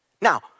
Now